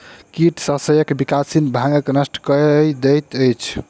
कीट शस्यक विकासशील भागक नष्ट कय दैत अछि